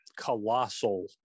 colossal